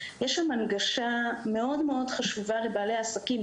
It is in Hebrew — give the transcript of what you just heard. יש שם הנגשה מאוד מאוד חשובה לבעלי העסקים,